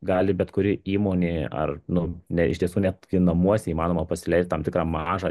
gali bet kuri įmonė ar nu ne iš tiesų net gi namuose įmanoma pasileist tam tikrą mažą